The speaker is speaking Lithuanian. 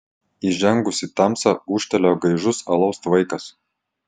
įžengus į tamsą ūžtelėjo gaižus alaus tvaikas